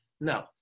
No